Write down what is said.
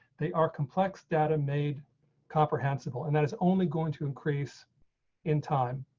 they are complex data made comprehensible and that is only going to increase in time.